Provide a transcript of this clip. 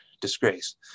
disgrace